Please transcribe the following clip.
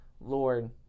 Lord